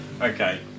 Okay